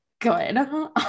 good